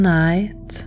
night